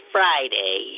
Friday